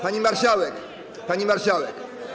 Pani marszałek, pani marszałek.